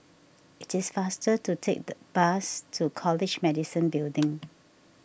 it is faster to take the bus to College Medicine Building